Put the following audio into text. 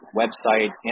website